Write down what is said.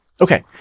Okay